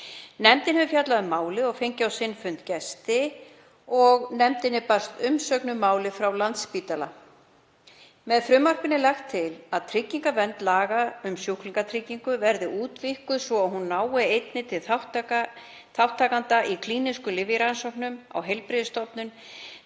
Nefndin hefur fjallað um málið og fengið á sinn fund gesti og nefndinni barst umsögn um málið frá Landspítala. Með frumvarpinu er lagt til að tryggingavernd laga um sjúklingatryggingu verði útvíkkuð svo að hún nái einnig til þátttakenda í klínískum lyfjarannsóknum á heilbrigðisstofnunum